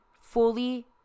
fully